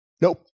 Nope